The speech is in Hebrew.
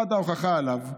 חובת ההוכחה עליו.